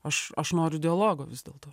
aš aš noriu dialogo vis dėlto